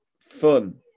fun